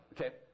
okay